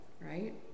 right